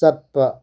ꯆꯠꯄ